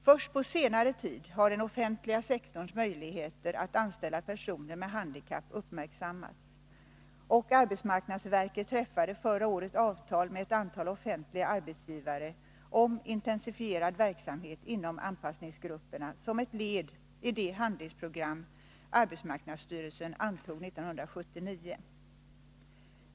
Först på senare tid har den offentliga sektorns möjligheter att anställa personer med handikapp uppmärksammats, och arbetsmarknadsverket träffade förra året avtal med ett antal offentliga arbetsgivare om intensifierad verksamhet inom anpassningsgrupperna, som ett led i det handlingsprogram som arbetsmarknadsstyrelsen antog 1979.